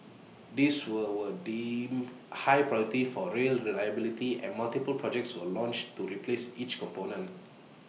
these were were deemed high priority for rail reliability and multiple projects were launched to replace each component